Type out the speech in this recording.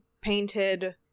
Painted